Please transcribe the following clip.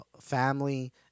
family